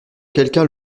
quelqu’un